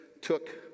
took